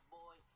boy